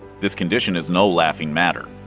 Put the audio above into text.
this condition is no laughing matter.